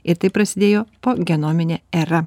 ir taip prasidėjo po genominė era